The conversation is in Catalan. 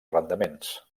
arrendaments